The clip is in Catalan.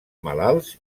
malalts